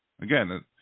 again